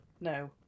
No